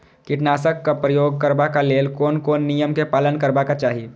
कीटनाशक क प्रयोग करबाक लेल कोन कोन नियम के पालन करबाक चाही?